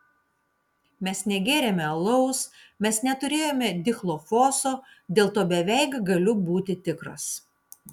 mes negėrėme alaus mes neturėjome dichlofoso dėl to beveik galiu būti tikras